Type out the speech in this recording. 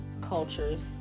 cultures